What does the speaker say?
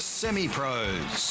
semi-pros